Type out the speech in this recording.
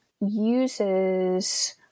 uses